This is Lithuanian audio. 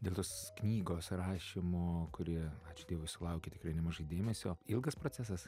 dėl tos knygos rašymo kurie ačiū dievui sulaukė tikrai nemažai dėmesio ilgas procesas